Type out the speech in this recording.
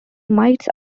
mites